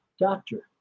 doctor